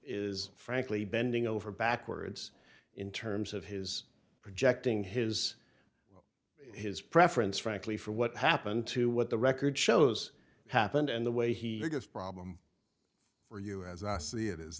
is frankly bending over backwards in terms of his projecting his his preference frankly for what happened to what the record shows happened and the way he gets problem for you as i see it